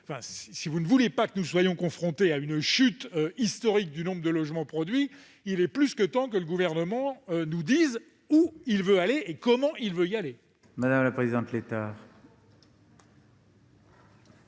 si vous ne voulez pas que nous soyons confrontés à une chute historique du nombre de logements produits, il est plus que temps que le Gouvernement nous dise où il veut aller, et comment. La parole est à Mme Valérie Létard,